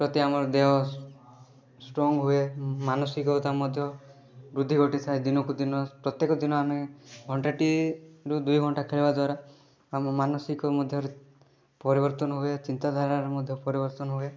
ପ୍ରତି ଆମର ଦେହ ଷ୍ଟ୍ରଙ୍ଗ ହୁଏ ମାନସିକତା ମଧ୍ୟ ବୃଦ୍ଧି ଘଟିଥାଏ ଦିନକୁ ଦିନ ପ୍ରତ୍ୟେକ ଦିନ ଆମେ ଘଣ୍ଟାଟେ ରୁ ଦୁଇ ଘଣ୍ଟା ଖେଳିବା ଦ୍ଵାରା ଆମ ମାନସିକ ମଧ୍ୟରେ ପରିବର୍ତ୍ତନ ହୁଏ ଚିନ୍ତାଧାରାରେ ମଧ୍ୟ ପରିବର୍ତ୍ତନ ହୁଏ